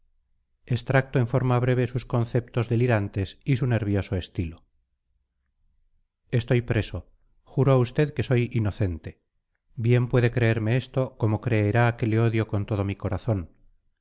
extracto en forma breve sus conceptos delirantes y su nervioso estilo estoy preso juro a usted que soy inocente bien puede creerme esto como creerá que le odio con todo mi corazón